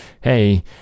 hey